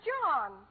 John